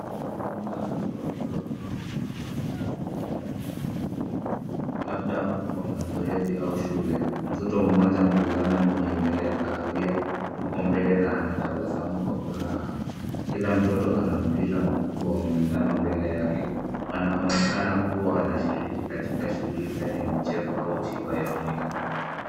Kundi la watoto wakiwa kwenye viti vya magurudumu ndani ya ukumbi; labda wa mazoezi au shule. Mtoto mmoja mvulana mwenye nywele ya kahawia yuko mbele na anatabasamu kwa furaha. Kila mtoto ana mpira mkubwa wa manjano mbele yake, wanaonekana kuwa wanashiriki katika shughuli fulani ya michezo au tiba ya mwili.